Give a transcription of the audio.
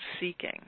seeking